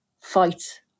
fight